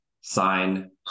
sign